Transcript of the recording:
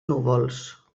núvols